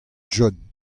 john